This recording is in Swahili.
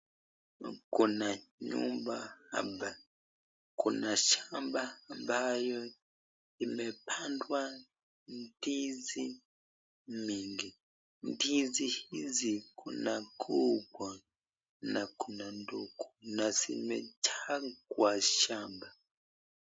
Kuna nyumba hapa, kuna shamba amabyo imepandwa ndizi mingi, ndizi hizi kuna kubwa na kuna ndogo na zimejaa kwa shamba.